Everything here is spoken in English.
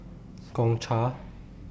Gongcha